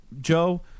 Joe